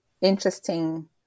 interesting